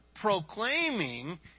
proclaiming